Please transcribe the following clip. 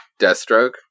Deathstroke